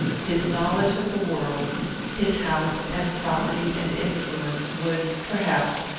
his knowledge of the world his house and property and influence, would, perhaps,